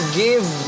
give